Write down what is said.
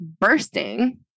bursting